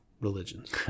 religions